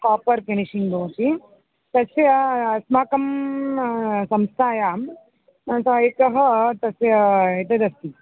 copper finishing भवति तस्य अस्माकं संस्थायां सः एकः तस्य एतदस्ति